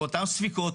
באותם ספיקות,